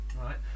right